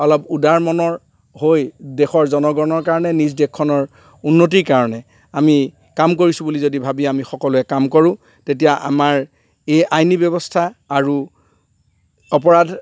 অলপ উদাৰ মনৰ হৈ দেশৰ জনগণৰ কাৰণে নিজ দেশখনৰ উন্নতিৰ কাৰণে আমি কাম কৰিছোঁ বুলি যদি ভাবি আমি সকলোৱে কাম কৰোঁ তেতিয়া আমাৰ এই আইনী ব্যৱস্থা আৰু অপৰাধ